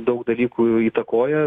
daug dalykų įtakoja